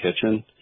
kitchen